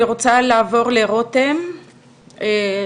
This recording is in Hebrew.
אני רוצה לעבור לרותם שחבר,